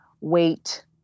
wait